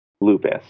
lupus